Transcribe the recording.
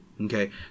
okay